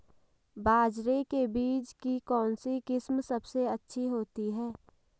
बाजरे के बीज की कौनसी किस्म सबसे अच्छी होती है?